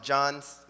John's